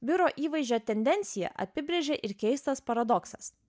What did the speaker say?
biuro įvaizdžio tendenciją apibrėžia ir keistas paradoksas